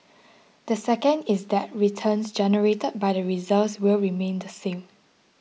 the second is that returns generated by the reserves will remain the same